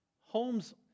Homes